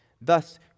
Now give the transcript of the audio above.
Thus